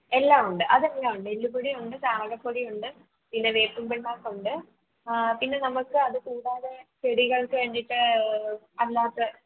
എല്ലാം ഉണ്ട് അതെല്ലാം ഉണ്ട് എല്ലും പൊടിയുണ്ട് ചാണകപൊടി ഉണ്ട് പിന്നെ വേപ്പിൻപിണ്ണാക്കുണ്ട് പിന്നെ നമുക്ക് അതുകൂടാതെ ചെടികൾക്ക് വേണ്ടിയിട്ട് അല്ലാത്ത